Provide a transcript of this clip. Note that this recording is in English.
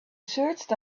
searched